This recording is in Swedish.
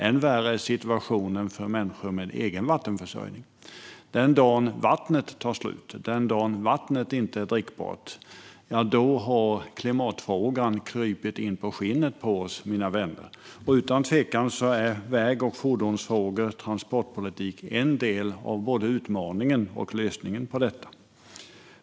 Än värre är situationen för människor med egen vattenförsörjning. Den dagen vattnet tar slut, och den dagen vattnet inte är drickbart, då har klimatfrågan krupit in under skinnet på oss, mina vänner. Utan tvivel är väg och fordonsfrågor, transportpolitik, en del av både utmaningen och lösningen på detta.